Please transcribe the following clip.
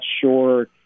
sure